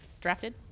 drafted